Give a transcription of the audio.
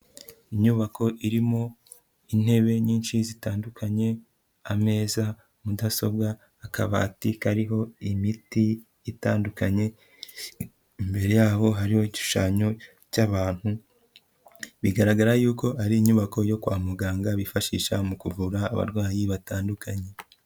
Inyubako irimo intebe nyinshi zitandukanye, ameza, mudasobwa, akabati kariho imiti itandukanye. Imbere yaho hariho igishushanyo cy'abantu, bigaragara yuko ari inyubako yo kwa muganga bifashisha mu kuvura abarwayi batandukanye.